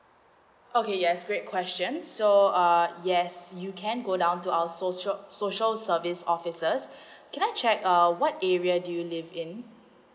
okay yes great questions so err yes you can go down to our social social service officers can I check um what area do you live in